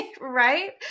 right